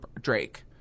Drake